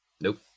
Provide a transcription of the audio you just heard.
Nope